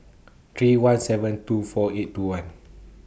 three one seven two four eight two one